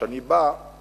שאני בא ממנה,